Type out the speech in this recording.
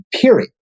period